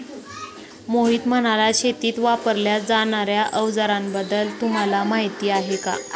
मोहित म्हणाला, शेतीत वापरल्या जाणार्या अवजारांबद्दल तुम्हाला माहिती आहे का?